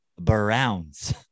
browns